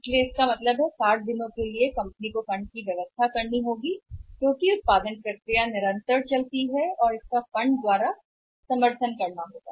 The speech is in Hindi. तो इसका मतलब है 60 के लिए दिनों के लिए कंपनी को धन की व्यवस्था करनी पड़ती है क्योंकि उत्पादन प्रक्रिया निरंतर होती है और इसे धनराशि का समर्थन करना होगा